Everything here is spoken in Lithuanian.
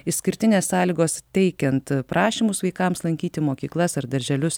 išskirtinės sąlygos teikiant prašymus vaikams lankyti mokyklas ar darželius